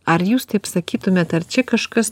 ar jūs taip sakytumėt ar čia kažkas